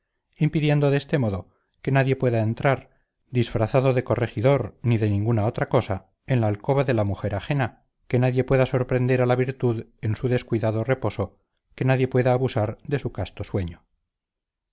impidiendo de este modo que nadie pueda entrar disfrazado de corregidor ni de ninguna otra cosa en la alcoba de la mujer ajena que nadie pueda sorprender a la virtud en su descuidado reposo que nadie pueda abusar de su casto sueño